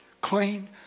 Clean